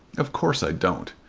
of course i don't.